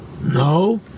No